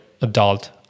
adult